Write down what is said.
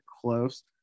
close